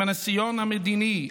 עם הניסיון המדיני,